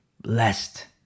blessed